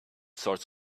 sorts